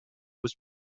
was